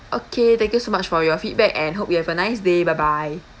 okay thank you so much for your feedback and hope you have a nice day bye bye